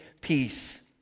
peace